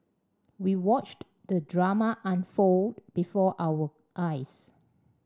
we watched the drama unfold before our eyes